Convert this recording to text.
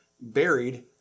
buried